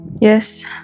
Yes